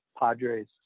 Padres